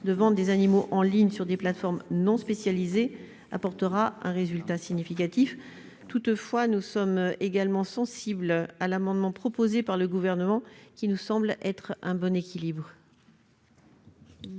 la vente des animaux en ligne sur les plateformes non spécialisées permettra d'obtenir un résultat significatif. Toutefois, nous sommes également sensibles à l'amendement proposé par le Gouvernement, qui nous semble tendre à proposer un bon équilibre.